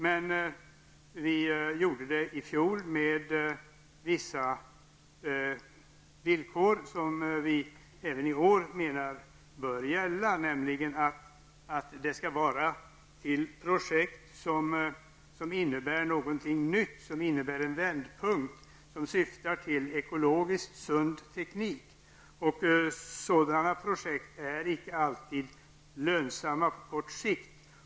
Men i fjol gjorde vi det med vissa villkor, vilka vi även i år anser bör gälla, nämligen att det skall användas till projekt som innebär någonting nytt och en vändpunkt och som syftar till ekologiskt sund teknik. Sådana projekt är inte alltid lönsamma på kort sikt.